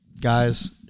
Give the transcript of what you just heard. guys